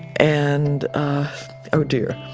and oh dear,